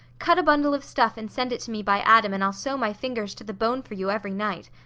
cut a bundle of stuff and send it to me by adam and i'll sew my fingers to the bone for you every night.